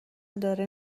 داره